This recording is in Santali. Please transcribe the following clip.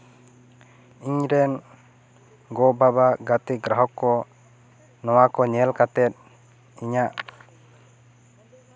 ᱤᱧ ᱨᱮᱱ ᱜᱚᱼᱵᱟᱵᱟ ᱜᱟᱛᱮ ᱜᱨᱟᱦᱚᱠ ᱠᱚ ᱱᱚᱶᱟ ᱠᱚ ᱧᱮᱞ ᱠᱟᱛᱮᱫ ᱤᱧᱟᱹᱜ